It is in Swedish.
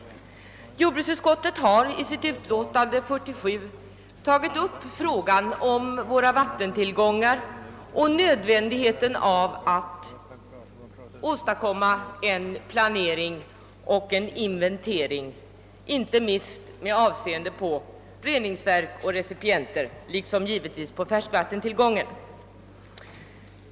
Jordbruksutskottet har i sitt utlåtande nr 47 tagit upp frågan om våra vattentillgångar och nödvändigheten av att åstadkomma en planering och en inventering, inte minst med avseende på reningsverk och recipienter liksom givetvis färskvattentillgången.